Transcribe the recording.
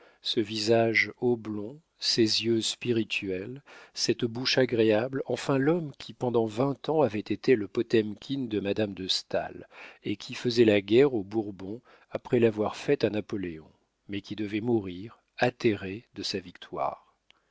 ce visage oblong ces yeux spirituels cette bouche agréable enfin l'homme qui pendant vingt ans avait été le potemkin de madame de staël et qui faisait la guerre aux bourbons après l'avoir faite à napoléon mais qui devait mourir atterré de sa victoire